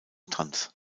tanz